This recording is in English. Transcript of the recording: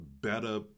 better